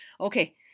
Okay